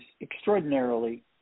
extraordinarily